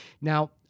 Now